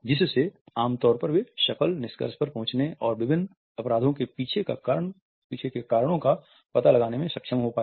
जिससे आम तौर पर वे सफल निष्कर्ष पर पहुंचने और विभिन्न अपराधों के पीछे के कारणों का पता लगाने में सक्षम हो पाए